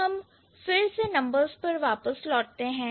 अब हम फिर से नंबर्स पर वापस लौटते हैं